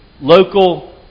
local